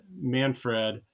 Manfred